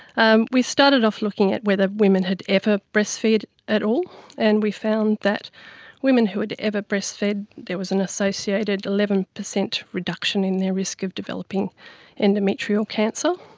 um we started off looking at whether women had ever ah breastfed at all and we found that women who had ever breastfed, there was an associated eleven percent reduction in their risk of developing endometrial cancer.